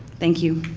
thank you.